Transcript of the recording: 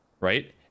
Right